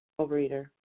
overeater